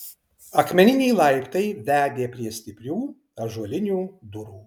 akmeniniai laiptai vedė prie stiprių ąžuolinių durų